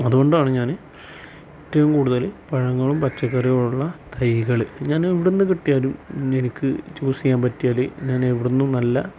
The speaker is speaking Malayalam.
അതുകൊണ്ടാണ് ഞാൻ ഏറ്റവും കൂടുതൽ പഴങ്ങളും പച്ചക്കറികളോടുള്ള തൈകൾ ഞാൻ എവിടെ നിന്ന് കിട്ടിയാലും എനിക്ക് ചൂസ് ചെയ്യാൻ പറ്റിയാൽ ഞാൻ എവിടെ നിന്നും നല്ല